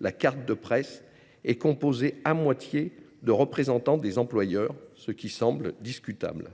la carte de presse est composée pour moitié de représentants des employeurs, ce qui semble discutable.